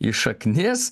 į šaknis